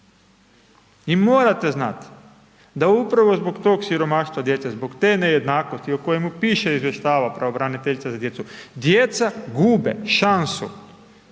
I morate znati, da upravo zbog tog siromaštva djece, zbog te nejednakosti, o kojima piše i izvještava pravobraniteljica za djecu, djeca gube šansu